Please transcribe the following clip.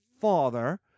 father